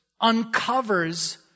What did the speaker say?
uncovers